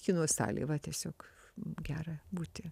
kino salėj va tiesiog gera būti